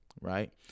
right